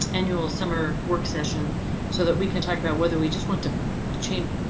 annual summer work session so that we can talk about whether we just want to change,